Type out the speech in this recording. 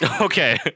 Okay